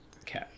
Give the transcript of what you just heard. Okay